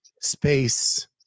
space